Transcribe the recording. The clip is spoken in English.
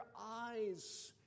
eyes